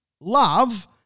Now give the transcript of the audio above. love